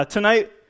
Tonight